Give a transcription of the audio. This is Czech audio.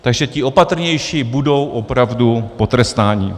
Takže ti opatrnější budou opravdu potrestáni.